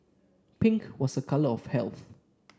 pink was a colour of health